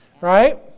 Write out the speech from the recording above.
Right